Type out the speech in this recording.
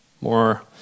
More